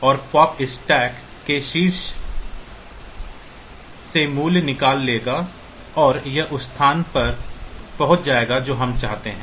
और pop stack के शीर्ष से मूल्य निकाल लेगा और उस स्थान पर पहुंच जाएगा जो हम चाहते हैं